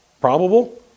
Probable